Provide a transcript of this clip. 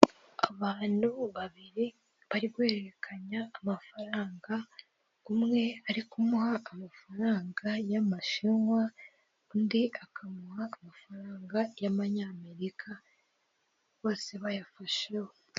Abantu babiri bari guhererekanya amafaranga, umwe ari kumuha amafaranga y'amashinwa undi akamuha amafaranga y'amanyamerika bose bayafasheho.